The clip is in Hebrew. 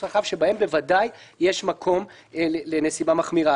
רחב שבהם בוודאי יש מקום לנסיבה מחמירה.